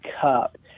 cup